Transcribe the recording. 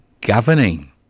governing